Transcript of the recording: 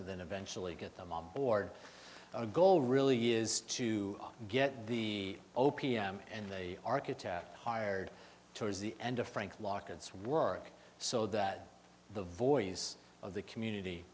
of then eventually get them on board a goal really is to get the o p m and they architect hired towards the end of frank lockett's work so that the voice of the community